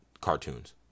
cartoons